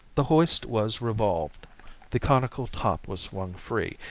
the hoist was revolved the conical top was swung free,